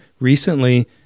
Recently